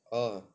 oh